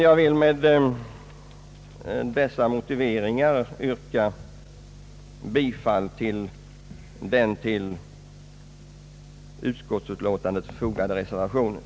Jag vill med dessa motiveringar yrka bifall till den vid utskottsbetänkandet fogade reservationen A.